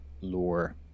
lore